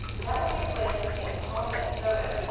that will take place in st. paul, minnesota,